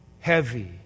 Heavy